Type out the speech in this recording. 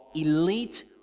elite